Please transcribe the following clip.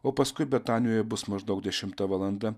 o paskui betanijoje bus maždaug dešimta valanda